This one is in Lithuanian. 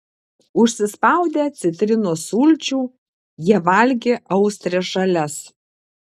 užsispaudę citrinos sulčių jie valgė austres žalias